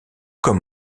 comme